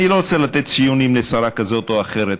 אני לא רוצה לתת ציונים לשרה כזאת או אחרת,